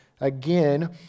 again